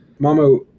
Mamo